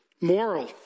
moral